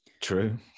true